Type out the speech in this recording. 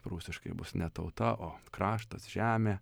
prūsiškai bus ne tauta o kraštas žemė